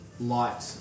light